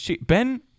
Ben